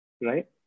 Right